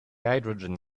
hydrogen